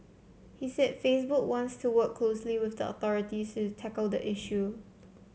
he said Facebook wants to work closely with the authorities to tackle the issue